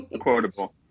Quotable